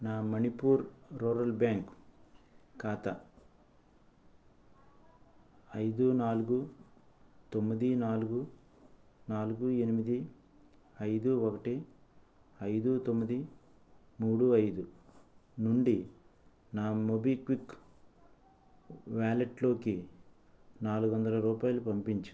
నా Manipur rural bank ఖాతా ఐదు నాలుగు తొమ్మిది నాలుగు నాలుగు ఎనిమిది ఐదు ఒకటి ఐదు తొమ్మిది మూడు ఐదు నుండి నా మోబిక్విక్ వాలెట్లోకి నాలుగు వందల రూపాయలు పంపించుము